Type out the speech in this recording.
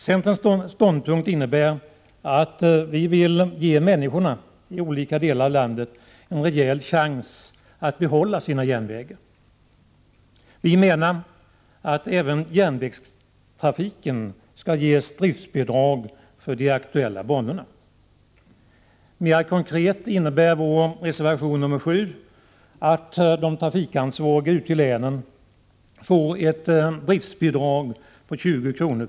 Centerns ståndpunkt innebär att vi vill ge människorna i olika delar av landet en rejäl chans att behålla sina järnvägar. Vi menar att det även för järnvägstrafiken skall ges driftsbidrag beträffande de aktuella banorna. Mer konkret innebär vår reservation 7 att de trafikansvariga ute i länen får ett driftsbidrag på 20 kr.